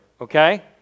okay